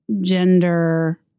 gender